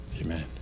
Amen